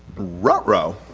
ruh-ro!